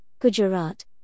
Gujarat